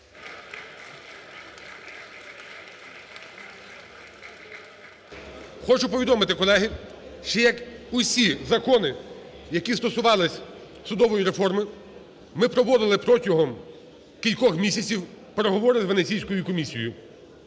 Хочу повідомити, колеги, що до усіх законів, які стосувались судової реформи, ми проводили протягом кількох місяців переговори з Венеційською комісією.